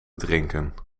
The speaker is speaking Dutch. drinken